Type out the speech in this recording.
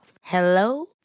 Hello